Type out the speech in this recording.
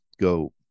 go